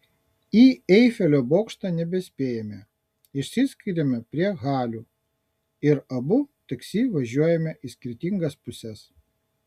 į eifelio bokštą nebespėjame išsiskiriame prie halių ir abu taksi važiuojame į skirtingas puses